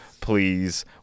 Please